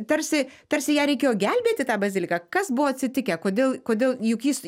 tarsi tarsi ją reikėjo gelbėti tą baziliką kas buvo atsitikę kodėl kodėl juk jis